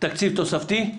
תקציב תוספתי,